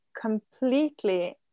completely